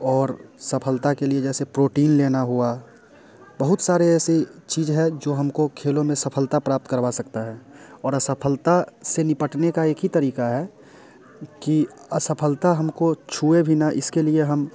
और सफलता के लिए जैसे प्रोटीन लेना हुआ बहुत सारे ऐसी चीज है जो हमको खेलों में सफलता प्राप्त करवा सकता है और असफलता से निपटने का एक ही तरीका है कि असफलता हमको छुए भी ना इसके हम